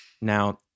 Now